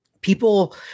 people –